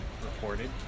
reported